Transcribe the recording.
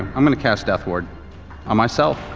i'm going to cast death ward on myself.